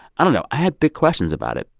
i don't know. i had big questions about it.